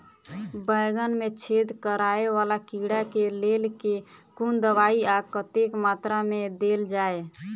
बैंगन मे छेद कराए वला कीड़ा केँ लेल केँ कुन दवाई आ कतेक मात्रा मे देल जाए?